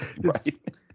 Right